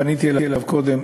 פניתי אליו קודם,